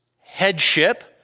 headship